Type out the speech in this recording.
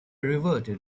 reverted